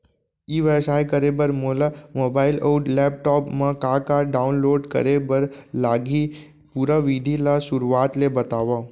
ई व्यवसाय करे बर मोला मोबाइल अऊ लैपटॉप मा का का डाऊनलोड करे बर लागही, पुरा विधि ला शुरुआत ले बतावव?